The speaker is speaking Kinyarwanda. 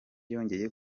yongeye